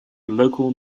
local